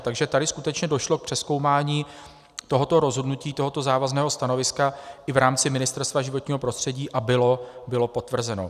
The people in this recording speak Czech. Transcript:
Takže tady skutečně došlo k přezkoumání tohoto rozhodnutí, tohoto závazného stanoviska, i v rámci Ministerstva životního prostředí a bylo potvrzeno.